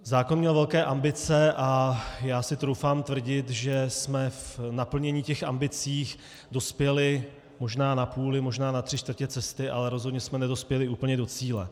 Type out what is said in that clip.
Zákon měl velké ambice a troufám si tvrdit, že jsme v naplnění těch ambicí dospěli možná na půli, možná na tři čtvrtě cesty, ale rozhodně jsme nedospěli úplně do cíle.